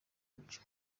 ibyo